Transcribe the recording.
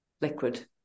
liquid